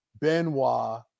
Benoit